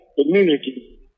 community